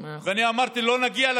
ואז תהיה חתונה.